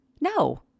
no